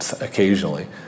occasionally